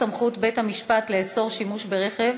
סמכות בית-המשפט לאסור שימוש ברכב